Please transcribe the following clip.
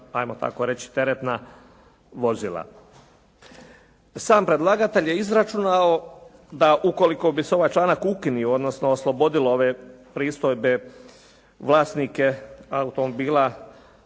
ajmo tako reći teretna vozila. Sam predlagatelj je izračunao da ukoliko bi se ovaj članak ukinuo, odnosno oslobodio ove pristojbe vlasnike automobila